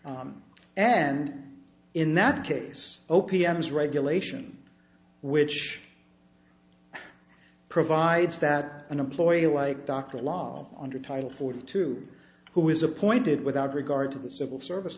and in that case o p m is regulation which provides that an employee like dr law under title forty two who is appointed without regard to the civil service